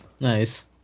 nice